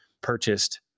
purchased